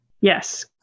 Yes